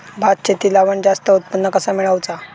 भात शेती लावण जास्त उत्पन्न कसा मेळवचा?